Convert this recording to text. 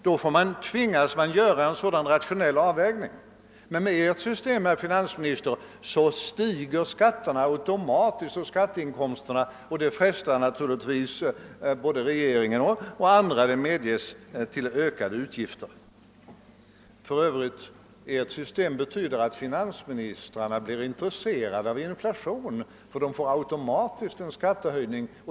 Då tvingas de att göra en omsorgsfull avvägning. Men med det system, herr finansminister, som Ni vill bevara stiger skatterna och skatteinkomsterna automatiskt, och det frestar naturligtvis regeringen — och även andra, det medges — till ökade utgifter. För övrigt betyder Ert system att finansministern blir intresserad av inflation, ty då får han automatiskt en skattehöjning.